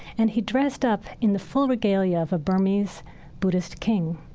and he dressed up in the full regalia of a burmese buddhist king.